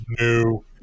No